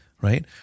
right